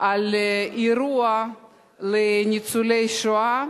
על אירוע לניצולי שואה